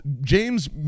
James